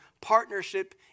partnership